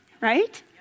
right